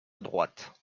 droite